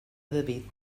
david